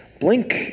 Blink